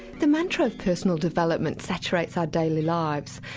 the mantra of personal development saturates our daily lives.